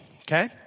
okay